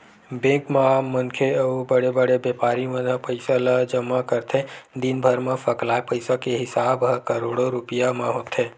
bank म आम मनखे अउ बड़े बड़े बेपारी मन ह पइसा ल जमा करथे, दिनभर म सकलाय पइसा के हिसाब ह करोड़ो रूपिया म होथे